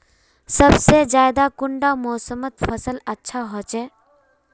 सबसे ज्यादा कुंडा मोसमोत फसल अच्छा होचे?